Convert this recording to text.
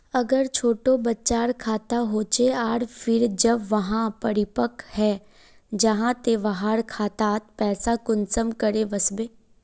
अगर छोटो बच्चार खाता होचे आर फिर जब वहाँ परिपक है जहा ते वहार खातात पैसा कुंसम करे वस्बे?